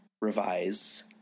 revise